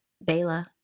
Bela